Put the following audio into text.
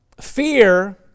Fear